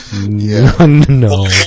No